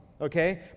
okay